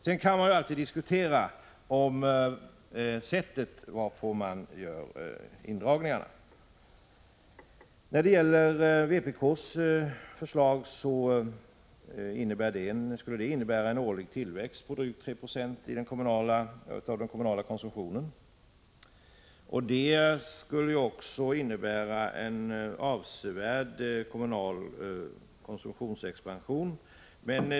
Sedan kan man alltid diskutera det sätt varpå man gör indragningarna. Vpk:s förslag skulle innebära en årlig tillväxt på drygt 3 20 av den kommunala konsumtionen. Det skulle innebära en avsevärd kommunal konsumtionsexpansion.